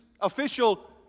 official